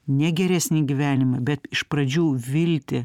ne geresnį gyvenimą bet iš pradžių viltį